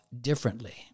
differently